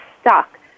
stuck